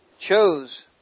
chose